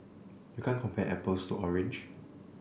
you can't compare apples to orange